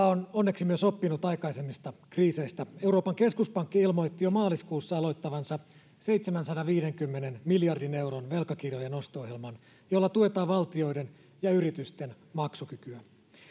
on onneksi myös oppinut aikaisemmista kriiseistä euroopan keskuspankki ilmoitti jo maaliskuussa aloittavansa seitsemänsadanviidenkymmenen miljardin euron velkakirjojen osto ohjelman jolla tuetaan valtioiden ja yritysten maksukykyä